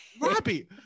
Robbie